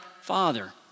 father